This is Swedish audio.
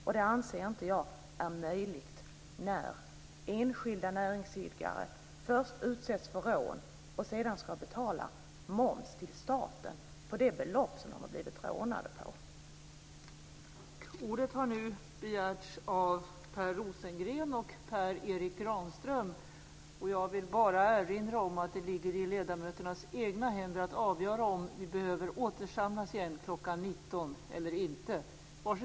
Jag anser inte att det är möjligt när enskilda näringsidkare först utsätts för rån och sedan ska betala moms till staten på det belopp som de har blivit rånade på.